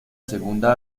segunda